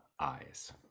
eyes